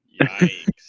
Yikes